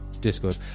Discord